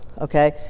okay